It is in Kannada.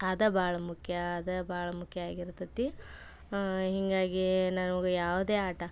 ಅದು ಭಾಳ ಮುಖ್ಯ ಅದು ಭಾಳ ಮುಖ್ಯ ಆಗಿರ್ತೈತಿ ಹೀಗಾಗಿ ನಮಗೆ ಯಾವುದೇ ಆಟ